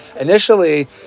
Initially